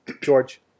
George